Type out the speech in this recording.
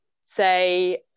say